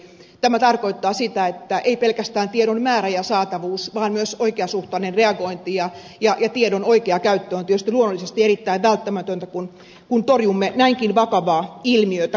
tämä tarkoittaa sitä että ei pelkästään tiedon määrä ja saatavuus vaan myös oikeasuhtainen reagointi ja tiedon oikea käyttö ovat tietysti luonnollisesti erittäin välttämättömiä kun torjumme näinkin vakavaa ilmiötä kaiken kaikkiaan